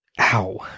Ow